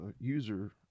user